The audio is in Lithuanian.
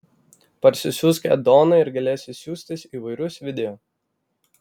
parsisiųsk edoną ir galėsi siųstis įvairius video